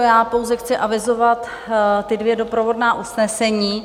Já pouze chci avizovat ta dvě doprovodná usnesení.